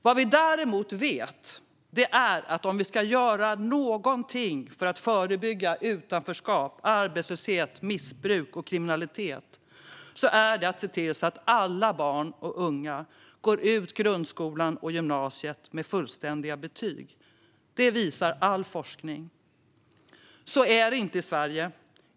Vad vi däremot vet är att om vi ska göra någonting för att förebygga utanförskap, arbetslöshet, missbruk och kriminalitet är det att se till att alla barn och unga går ut grundskolan och gymnasiet med fullständiga betyg. Det visar all forskning. Så är det inte i Sverige.